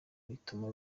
bituma